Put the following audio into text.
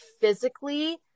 physically